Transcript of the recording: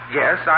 yes